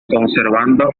conservando